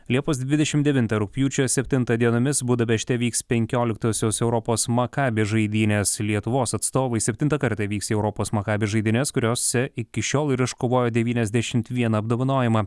liepos dvidešimt devintą rugpjūčio septintą dienomis budapešte vyks penkioliktosios europos makabi žaidynės lietuvos atstovai septintą kartą vyks į europos maccabi žaidynes kuriose iki šiol ir iškovojo devyniasdešimt vieną apdovanojimą